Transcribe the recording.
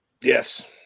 Yes